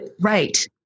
right